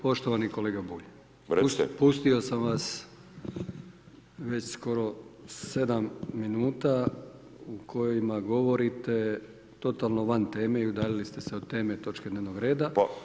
Poštovani kolega Bulj, pustio sam vas već skoro 7 minuta u kojim govorite totalno van teme i udaljili ste se od teme, točke dnevnoga reda.